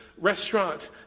restaurant